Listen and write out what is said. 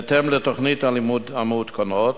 בהתאם לתוכניות הלימוד המעודכנות.